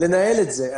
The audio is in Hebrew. לנהל את זה.